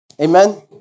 Amen